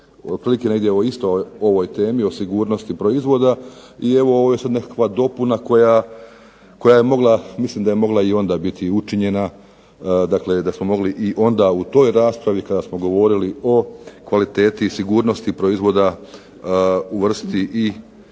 otprilike negdje o istoj ovoj temi o sigurnosti proizvoda. I ovo je sada nekakva dopuna koja je mogla mislim da je i onda mogla biti učinjena, dakle da smo mogli i onda u toj raspravi kada smo govorili o kvaliteti i sigurnosti proizvoda uvrstiti